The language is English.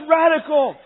radical